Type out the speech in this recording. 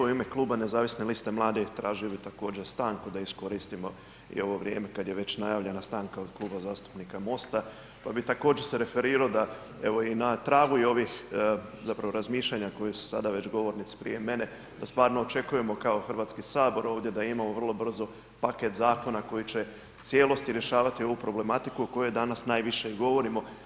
U ime kluba Nezavisne liste mladih tražio bih također stanku da iskoristimo ovo vrijeme kada je već najavljena stanka od Kluba zastupnika MOST-a, pa bi se također referirao da evo i na tragu ovih razmišljanja koja su sad već govornici prije mene da stvarno očekujemo kao Hrvatski sabor ovdje da imamo vrlo brzo paket zakona koji će u cijelosti rješavati ovu problematiku o kojoj danas najviše i govorimo.